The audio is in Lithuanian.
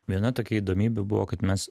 viena tokia įdomybė buvo kad mes